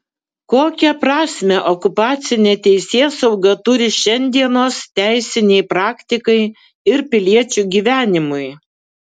kokią prasmę okupacinė teisėsauga turi šiandienos teisinei praktikai ir piliečių gyvenimui